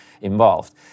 involved